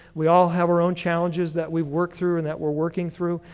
we all have our own challenges that we work through and that we're working through,